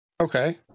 Okay